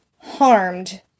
harmed